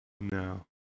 No